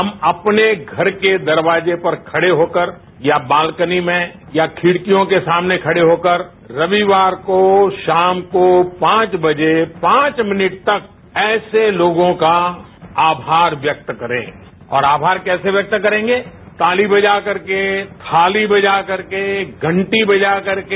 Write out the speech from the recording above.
हम अपने घर के दरवाजे पर खडे होकर या बाल्कनी में या खिडकियों के सामने खडे होकर रविवार को शाम को पांच बजे पांच मिनट तक ऐसे लोगों का आभार व्यक्त करें और आभार कैसे व्यक्त करेंगे ताली बजाकर के थाली बजाकर के घंटी बजाकर के